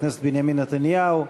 חבר הכנסת בנימין נתניהו,